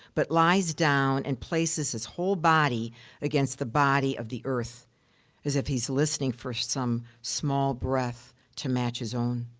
but lies down and places his whole body against the body of the earth as if he's listening for some small breath to match his own.